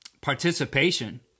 participation